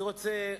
אני רוצה,